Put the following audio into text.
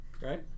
Right